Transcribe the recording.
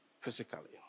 physically